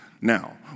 Now